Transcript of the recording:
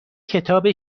کتاب